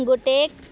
ଗୋଟେ